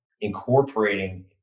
incorporating